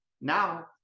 now